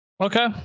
Okay